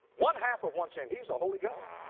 one half of one sin. he's a holy god,